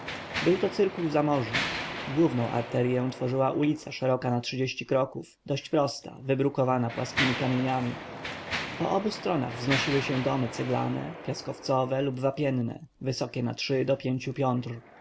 był to cyrkuł zamożny główną arterję tworzyła ulica szeroka na trzydzieści kroków dość prosta wybrukowana płaskiemi kamieniami po obu stronach wznosiły się domy ceglane piaskowcowe lub wapienne wysokie na trzy do pięciu piątr